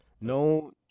No